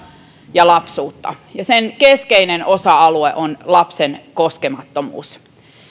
ja lapsuutta ja sen keskeinen osa alue on lapsen koskemattomuus